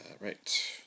right